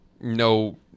No